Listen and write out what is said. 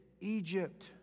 Egypt